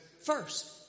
first